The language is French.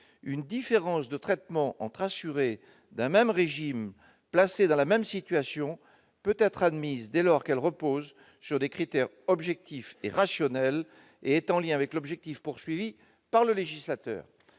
une différence de traitement entre assurés d'un même régime placés dans la même situation peut être admise dès lors qu'elle repose sur des critères objectifs et rationnels et est en lien avec l'objectif poursuivi par le législateur